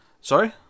Sorry